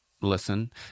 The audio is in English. listen